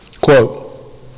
Quote